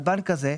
על בנק כזה,